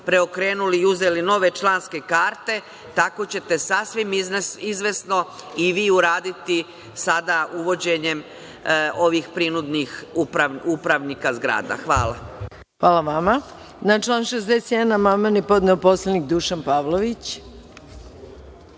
preokrenuli i uzeli nove članske karte, tako ćete sasvim izvesno, i vi uraditi sada uvođenjem ovih prinudnih upravnika zgrada. Hvala. **Maja Gojković** Hvala vama. Na član 61. amandman je podneo poslanik Dušan Pavlović.